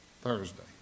Thursday